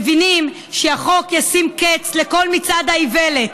מבינים שהחוק ישים קץ לכל מצעד האיוולת.